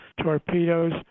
torpedoes